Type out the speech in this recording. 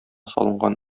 салынган